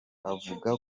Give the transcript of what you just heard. avuga